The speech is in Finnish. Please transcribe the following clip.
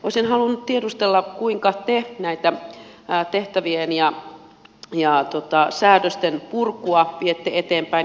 olisin halunnut tiedustella kuinka te tätä tehtävien ja säädösten purkua viette eteenpäin